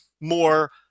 more